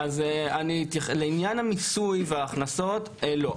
לעניין המיסוי וההכנסות, לא.